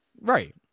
right